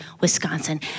Wisconsin